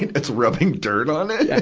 it's rubbing dirt on it.